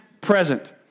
present